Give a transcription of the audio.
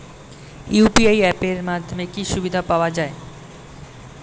UPI app এর মাধ্যমে কি কি সুবিধা পাওয়া যায়?